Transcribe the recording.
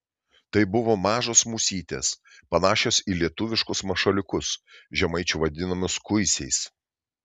tai buvo mažos musytės panašios į lietuviškus mašaliukus žemaičių vadinamus kuisiais